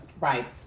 Right